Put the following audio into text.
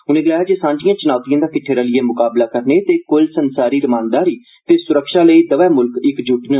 उनें गलाया जे सांझिएं चुनौतिएं दा किट्डे रलियै मुकाबला करने ते कुल संसारी रमानदारी ते सुरक्षा लेई दवै मुल्ख इक्क जुट न